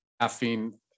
caffeine